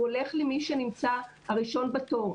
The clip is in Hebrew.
הוא הולך למי שנמצא הראשון בתור.